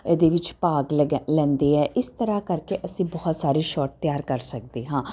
ਇਹਦੇ ਵਿੱਚ ਭਾਗ ਲੈਗੈ ਲੈਂਦੇ ਹੈ ਇਸ ਤਰ੍ਹਾਂ ਕਰਕੇ ਅਸੀਂ ਬਹੁਤ ਸਾਰੇ ਸ਼ਾਰਟ ਤਿਆਰ ਕਰ ਸਕਦੇ ਹਾਂ